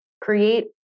create